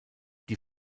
die